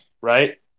right